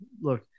look